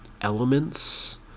elements